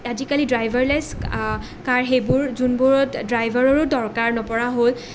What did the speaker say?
আজি কালি ড্ৰাইভাৰলেছ কাৰ সেইবোৰ যোনবোৰত ড্ৰাইভাৰৰো দৰকাৰ নপৰা হ'ল